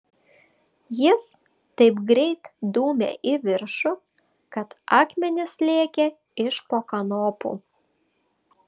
jis taip greit dūmė į viršų kad akmenys lėkė iš po kanopų